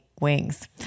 Wings